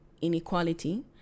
inequality